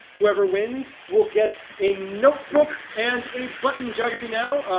whoever wins will get a notebook and a button geography now.